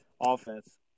offense